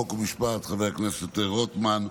חוק ומשפט חבר הכנסת רוטמן,